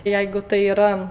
jeigu tai yra